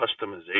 customization